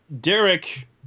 Derek